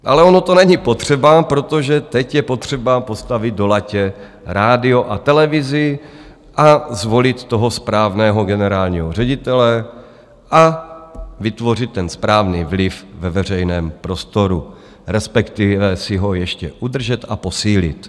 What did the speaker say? Ale ono to není potřeba, protože teď je potřeba postavit do latě rádio a televizi a zvolit toho správného generálního ředitele a vytvořit ten správný vliv ve veřejném prostoru, respektive si ho ještě udržet a posílit.